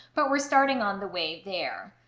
but we're starting on the way there.